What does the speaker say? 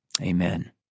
Amen